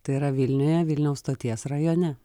tai yra vilniuje vilniaus stoties rajone